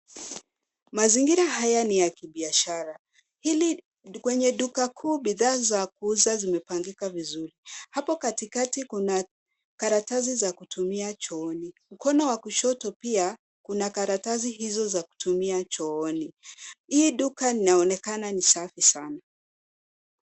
Mazingira haya ni ya kibiashara. Kwenye duka kuu bidhaa za kuuza zimepangika vizuri. Hapo katikati kuna karatasi za kutumia chooni. Mkono wa kushoto pia kuna karatasi hizo za kutumia chooni. Hii duka inaonekana ni safi sana.